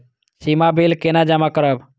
सीमा bill केना जमा करब?